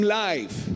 life